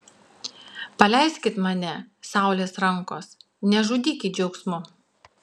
paleiskit mane saulės rankos nežudykit džiaugsmu